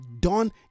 done